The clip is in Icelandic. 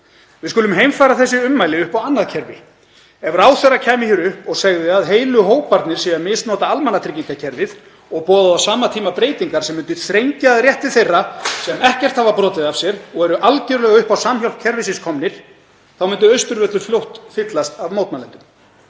Við skulum heimfæra þessi ummæli upp á annað kerfi. Ef ráðherra kæmi hér upp og segði að heilu hóparnir væru að misnota almannatryggingakerfið og boðaði á sama tíma breytingar sem myndu þrengja að rétti þeirra sem ekkert hafa brotið af sér og eru algjörlega upp á samhjálp kerfisins komnir myndi Austurvöllur fljótt fyllast af mótmælendum.